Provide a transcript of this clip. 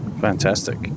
Fantastic